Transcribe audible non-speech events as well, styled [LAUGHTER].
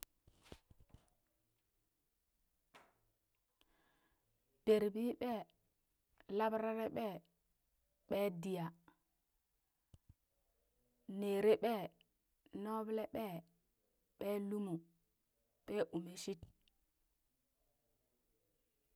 [NOISE] Beree bii ɓee, rabrare ɓee, ɓee diya, nere ɓee, nubli ɓee, ɓee lumu, ɓee umishid.